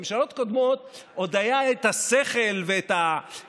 לממשלות קודמות עוד היה השכל וה-finesse,